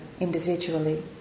individually